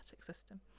system